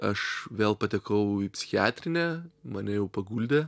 aš vėl patekau į psichiatrinę mane jau paguldė